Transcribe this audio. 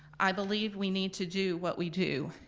i believe we need to do what we do,